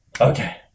Okay